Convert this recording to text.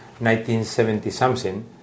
1970-something